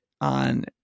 on